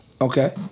Okay